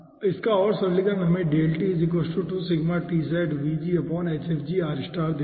इसका और सरलीकरण हमें देता है